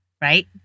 Right